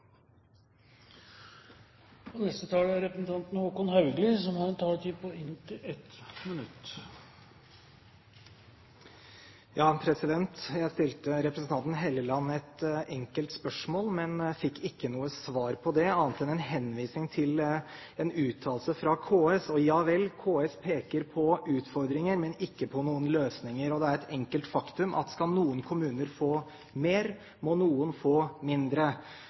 Jeg stilte representanten Helleland et enkelt spørsmål, men fikk ikke noe svar på det annet enn en henvisning til en uttalelse fra KS. Ja vel, KS peker på utfordringer, men ikke på noen løsninger. Det er et enkelt faktum at skal noen kommuner få mer, må noen få mindre.